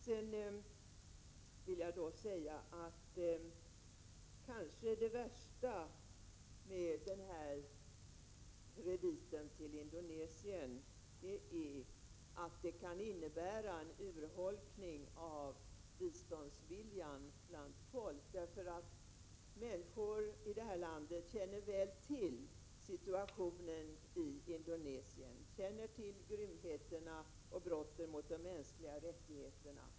Sedan vill jag säga att det värsta med denna kredit till Indonesien kanske är att den kan leda till en urholkning av biståndsviljan, eftersom människor i vårt land väl känner till situationen i Indonesien, känner till grymheterna och brotten mot de mänskliga rättigheterna.